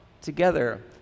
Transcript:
together